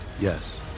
Yes